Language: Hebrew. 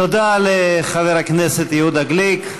תודה לחבר הכנסת יהודה גליק.